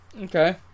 Okay